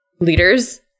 leaders